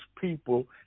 people